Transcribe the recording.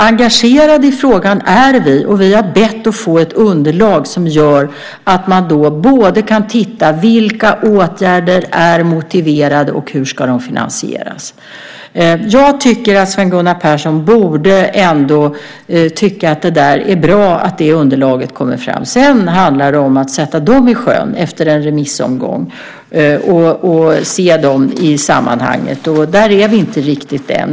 Engagerade i frågan är vi, och vi har bett att få ett underlag som gör att man kan se både vilka åtgärder som är motiverade och hur de ska finansieras. Jag tycker att Sven Gunnar Persson ändå borde tycka att det är bra att underlaget kommer fram. Sedan handlar det om att sätta förslagen i sjön efter en remissomgång och se dem i sammanhanget. Där är vi inte riktigt än.